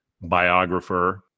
biographer